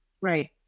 Right